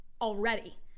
already